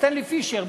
סטנלי פישר,